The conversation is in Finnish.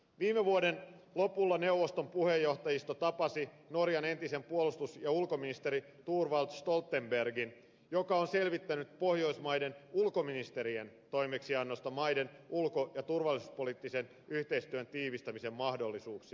viime vuoden lopulla neuvoston puheenjohtajisto tapasi norjan entisen puolustus ja ulkoministerin thorvald stoltenbergin joka on selvittänyt pohjoismaiden ulkoministerien toimeksiannosta maiden ulko ja turvallisuuspoliittisen yhteistyön tiivistämisen mahdollisuuksia